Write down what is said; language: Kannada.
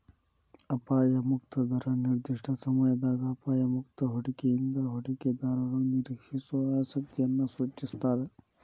ಅಪಾಯ ಮುಕ್ತ ದರ ನಿರ್ದಿಷ್ಟ ಸಮಯದಾಗ ಅಪಾಯ ಮುಕ್ತ ಹೂಡಿಕೆಯಿಂದ ಹೂಡಿಕೆದಾರರು ನಿರೇಕ್ಷಿಸೋ ಆಸಕ್ತಿಯನ್ನ ಸೂಚಿಸ್ತಾದ